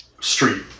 street